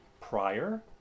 prior